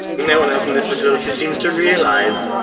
no one else in this facility seems to realise!